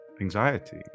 anxiety